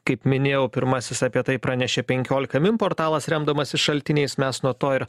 kaip minėjau pirmasis apie tai pranešė penkiolika min portalas remdamasis šaltiniais mes nuo to ir